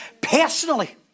personally